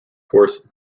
force